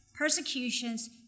persecutions